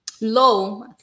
low